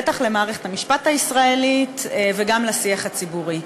בטח למערכת המשפט הישראלית וגם לשיח הציבורי.